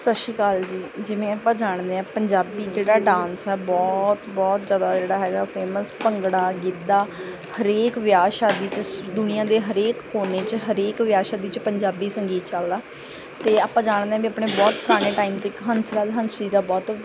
ਸਤਿ ਸ਼੍ਰੀ ਅਕਾਲ ਜੀ ਜਿਵੇਂ ਆਪਾਂ ਜਾਣਦੇ ਹਾਂ ਪੰਜਾਬੀ ਜਿਹੜਾ ਡਾਂਸ ਆ ਬਹੁਤ ਬਹੁਤ ਜ਼ਿਆਦਾ ਜਿਹੜਾ ਹੈਗਾ ਫੇਮਸ ਭੰਗੜਾ ਗਿੱਧਾ ਹਰੇਕ ਵਿਆਹ ਸ਼ਾਦੀ 'ਚ ਦੁਨੀਆਂ ਦੇ ਹਰੇਕ ਕੋਨੇ 'ਚ ਹਰੇਕ ਵਿਆਹ ਸ਼ਾਦੀ 'ਚ ਪੰਜਾਬੀ ਸੰਗੀਤ ਚੱਲਦਾ ਅਤੇ ਆਪਾਂ ਜਾਣਦੇ ਹਾਂ ਵੀ ਆਪਣੇ ਬਹੁਤ ਪੁਰਾਣੇ ਟਾਈਮ 'ਤੇ ਹੰਸ ਰਾਜ ਹੰਸ ਜੀ ਦਾ ਬਹੁਤ